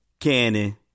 Cannon